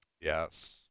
Yes